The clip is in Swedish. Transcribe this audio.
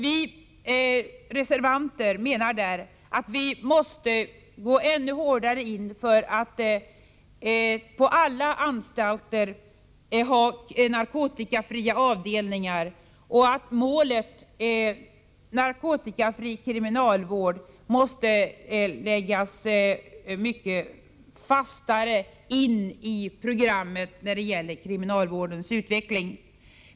Vi reservanter menar där att man måste gå ännu hårdare in för att på alla anstalter ha narkotikafria avdelningar och att målet, narkotikafri kriminalvård, måste läggas fastare in i programmet när det gäller kriminalvårdens utveckling.